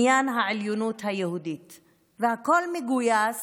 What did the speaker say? והכול מגויס